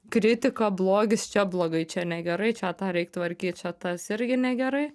kritika blogis čia blogai čia negerai čia tą reik tvarkyt čia tas irgi negerai